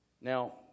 Now